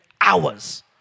hours